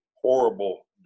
horrible